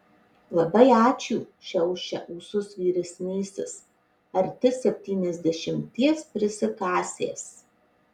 labai ačiū šiaušia ūsus vyresnysis arti septyniasdešimties prisikasęs